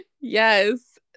Yes